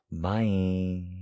Bye